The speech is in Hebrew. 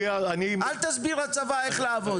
אל תסביר לצבא איך לעבוד.